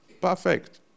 perfect